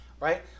right